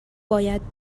باید